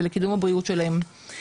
ולקידום הבריאות שלהם.